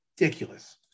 ridiculous